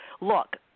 Look